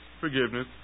forgiveness